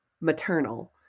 maternal